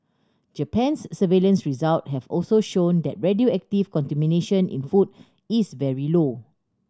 Japan's surveillance result have also shown that radioactive contamination in food is very low